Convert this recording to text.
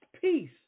peace